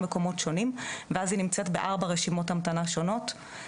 מקומות שונים ואז היא נמצאת בארבע רשימות המתנה שונות,